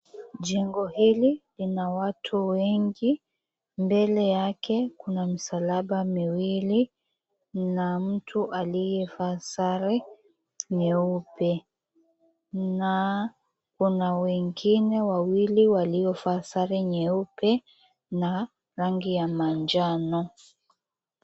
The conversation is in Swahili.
Jengo hili lina watu wengi. Mbele yake kuna misalaba miwili na mtu aliyevaa sare nyeupe. Na kuna wengine wawili waliovaa sare nyeupe na rangi ya manjano.